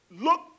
look